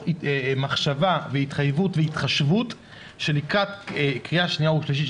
מחשבה והתחייבות והתחשבות שלקראת קריאה שנייה ושלישית,